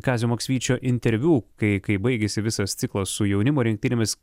kazio maksvyčio interviu kai kai baigėsi visas ciklas su jaunimo rinktinėmis